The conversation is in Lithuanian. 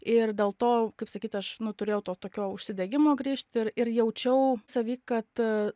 ir dėl to kaip sakyt aš nu turėjau to tokio užsidegimo grįžt ir ir jaučiau savy kad